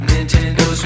Nintendo